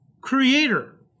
creator